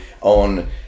on